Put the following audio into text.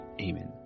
Amen